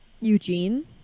Eugene